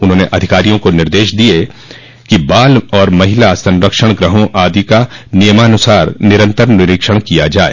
उन्होंने अधिकारियों को निर्देश दिये कि बाल और महिला संरक्षण गृहों आदि का नियमानुसार निरन्तर निरीक्षण किया जाय